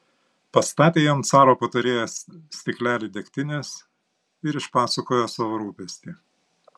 pastatė jam caro patarėjas stiklelį degtinės ir išpasakojo savo rūpestį